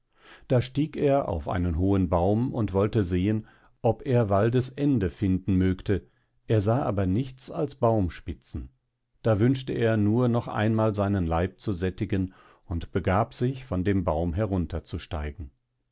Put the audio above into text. da stieg er auf einen hohen baum und wollte sehen ob er waldes ende finden mögte er sah aber nichts als baumspitzen da wünschte er nur noch einmal seinen leib zu sättigen und begab sich von dem baum herunter